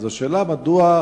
אז השאלה היא מדוע,